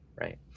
right